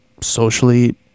socially